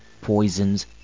poisons